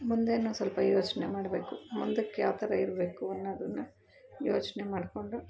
ಮುಂದೇನು ಸ್ವಲ್ಪ ಯೋಚನೆ ಮಾಡಬೇಕು ಮುಂದಕ್ಕೆ ಯಾವ್ತರ ಇರಬೇಕು ಅನ್ನೋದನ್ನು ಯೋಚನೆ ಮಾಡಿಕೊಂಡು